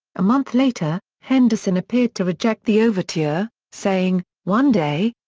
a month later, henderson appeared to reject the overture, saying, one day?